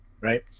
right